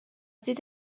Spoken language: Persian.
دید